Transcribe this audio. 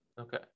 Okay